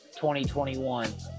2021